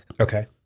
Okay